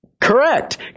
Correct